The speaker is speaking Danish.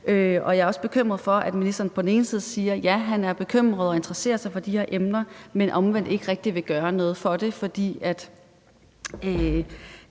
Jeg er også bekymret for, at ministeren på den ene side siger, at han er bekymret og interesserer sig for de her emner, men omvendt ikke rigtig vil gøre noget ved det, fordi man